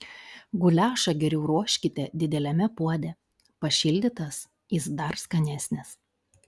guliašą geriau ruoškite dideliame puode pašildytas jis dar skanesnis